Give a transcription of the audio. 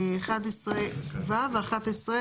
(11ו) ו-(11ז).